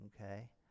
okay